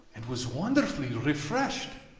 and was wonderfully refreshed.